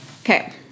Okay